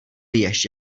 věž